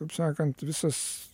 taip sakant visas